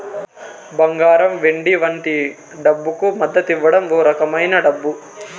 బంగారం వెండి వంటి డబ్బుకు మద్దతివ్వం ఓ రకమైన డబ్బు